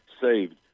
saved